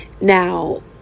Now